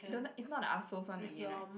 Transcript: don't know it's not the asshole's one again [right]